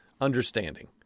understanding